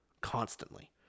constantly